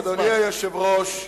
אדוני היושב-ראש,